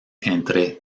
entre